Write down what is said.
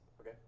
Okay